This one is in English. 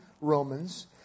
Romans